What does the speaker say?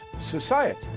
society